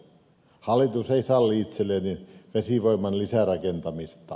hallitus ei salli vesivoiman lisärakentamista